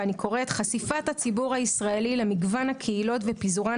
ואני קוראת חשיפת הציבור הישראלי למגוון הקהילות ופיזורן